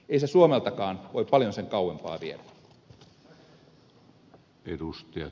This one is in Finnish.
ei se suomeltakaan voi paljon sen kauempaa viedä